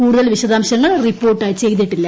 കൂടുതൽ വിശദാംശങ്ങൾ റിപ്പോർട്ട് ചെയ്തിട്ടില്ല